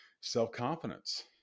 self-confidence